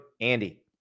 Andy